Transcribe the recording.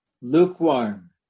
lukewarm